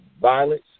violence